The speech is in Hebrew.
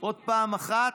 עוד פעם אחת,